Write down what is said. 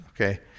okay